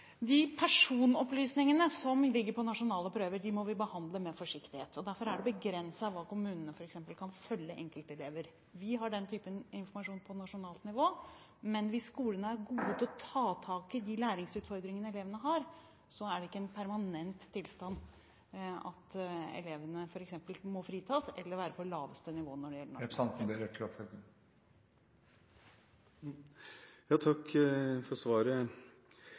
De personopplysningene som ligger inne i nasjonale prøver, må vi behandle med forsiktighet. Derfor er det begrenset hvordan f.eks. kommunene kan følge enkeltelever. Vi har den typen informasjon på nasjonalt nivå, men hvis skolene er gode til å ta tak i de læringsutfordringene elevene har, er det ikke en permanent tilstand at elevene f.eks. må fritas eller være på laveste nivå. Takk for svaret. Jeg vil først rose statsråden for